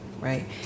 right